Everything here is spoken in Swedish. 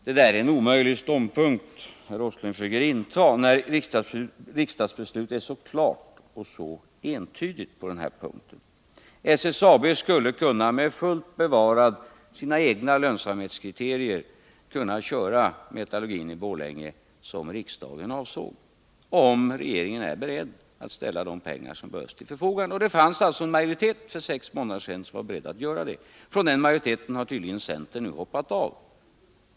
Det är en omöjlig ståndpunkt som herr Åsling försöker inta, när industrin, m.m. riksdagsbeslutet är så klart och entydigt på denna punkt. SSAB skulle med fullt bevarade egna lönsamhetskriterier kunna köra metallurgin i Borlänge såsom riksdagen avsåg, om regeringen är beredd att ställa de medel till förfogande som behövs. Det fanns alltså en majoritet för sex månader sedan som var beredd att göra det. Från den majoriteten har tydligen centern nu hoppat av.